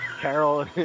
Carol